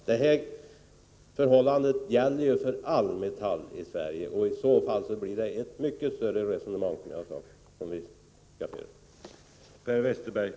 Herr talman! Det är helt riktigt, men det här är den första början. Är Bo Finnkvist beredd att fortsätta att bryta upp kartellerna, så är vi helt på hans sida.